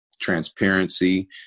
transparency